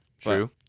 True